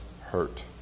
hurt